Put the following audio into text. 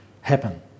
happen